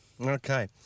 okay